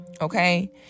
okay